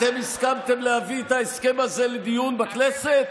אתם הסכמתם להביא את ההסכם הזה לדיון בכנסת?